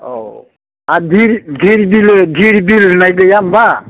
औ आरो दिर दिरबिलि दिरबिलो होननाय गैया होमबा